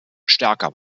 stärker